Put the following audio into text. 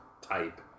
type